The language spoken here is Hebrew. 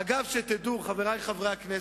אגב, שתדעו, חברי חברי הכנסת,